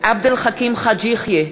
עבד אל חכים חאג' יחיא,